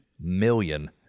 million